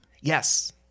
Yes